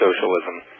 socialism